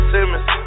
Simmons